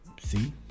See